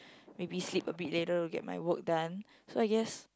maybe sleep a bit later to get my work done so I guess